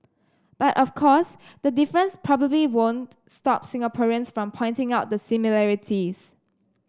but of course the difference probably won't stop Singaporeans from pointing out the similarities